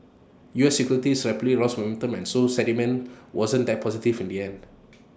us equities rapidly lost momentum and so sentiment wasn't that positive from the end